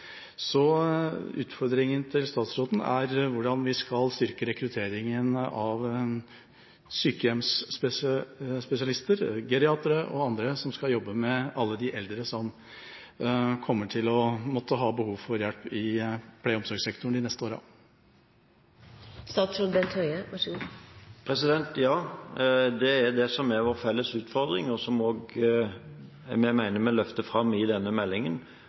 Utfordringen til statsråden er hvordan vi skal styrke rekrutteringen av sykehjemsspesialister, geriatere og andre som skal jobbe med alle de eldre som kommer til å ha behov for hjelp i pleie- og omsorgssektoren de neste årene. Det er dette som er vår felles utfordring, og som vi mener vi løfter fram i denne meldingen.